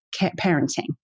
parenting